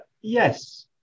yes